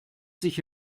sich